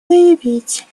заявить